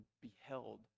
beheld